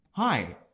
Hi